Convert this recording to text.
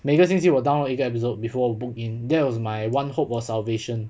每个星期我 download 一个 episode before 我 book in that was my one hope for salvation